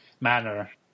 manner